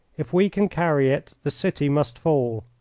if we can carry it the city must fall,